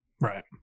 Right